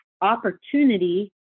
opportunity